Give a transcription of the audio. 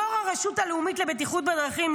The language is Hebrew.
יו"ר הרשות הלאומית לבטיחות בדרכים,